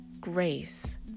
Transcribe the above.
grace